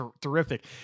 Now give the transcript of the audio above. Terrific